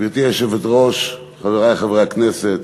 גברתי היושבת-ראש, חברי חברי הכנסת,